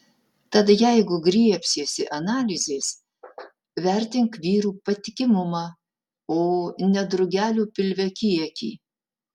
tad jeigu griebsiesi analizės vertink vyrų patikimumą o ne drugelių pilve kiekį